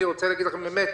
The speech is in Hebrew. אני רוצה להגיד לכם באמת: